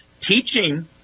teaching